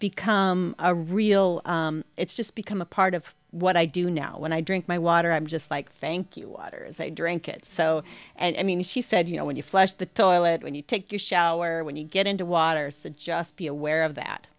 become a real it's just become a part of what i do now when i drink my water i'm just like thank you waters they drink it so and i mean she said you know when you flush the toilet when you take your shower when you get into water so just be aware of that